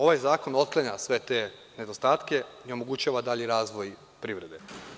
Ovaj zakon otklanja sve te nedostatke i omogućava dalji razvoj privrede.